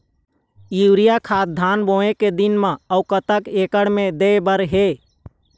Urea खाद धान बोवे के दिन म अऊ कतक एकड़ मे दे बर हे?